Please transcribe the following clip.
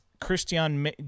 Christian